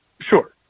Sure